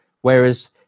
Whereas